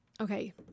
Okay